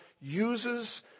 uses